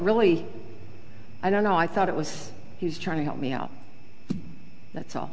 really i don't know i thought it was he was trying to help me out that's all